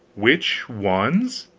which ones?